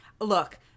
Look